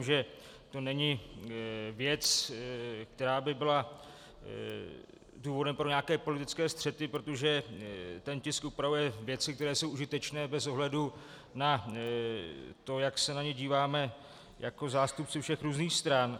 Já věřím, že to není věc, která by byla důvodem pro nějaké politické střety, protože ten tisk upravuje věci, které jsou užitečné bez ohledu na to, jak se na ně díváme jako zástupci všech různých stran.